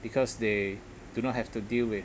because they do not have to deal with